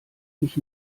mich